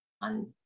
on